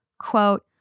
quote